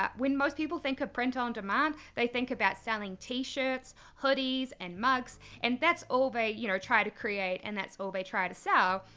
um when most people think of print on demand, they think about selling t-shirts, hoodies, and mugs, and that's all they, you know, try to create, and that's all they try to sell.